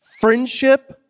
friendship